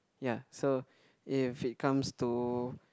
ya so if it comes to